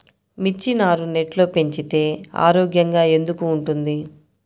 మిర్చి నారు నెట్లో పెంచితే ఆరోగ్యంగా ఎందుకు ఉంటుంది?